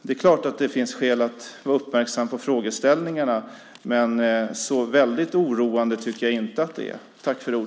Det är klart att det finns skäl att vara uppmärksam på frågeställningar. Men så väldigt oroande tycker jag inte att det är.